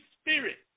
Spirit